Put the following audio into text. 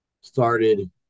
started